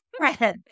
Right